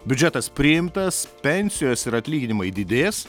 biudžetas priimtas pensijos ir atlyginimai didės